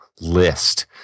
list